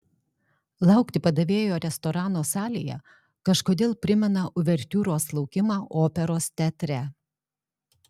laukti padavėjo restorano salėje kažkodėl primena uvertiūros laukimą operos teatre